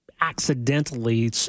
accidentally